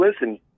listen